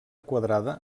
quadrada